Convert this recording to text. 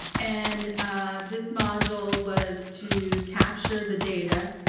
and this module was to capture the data,